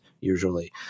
usually